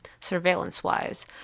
surveillance-wise